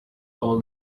all